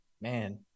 man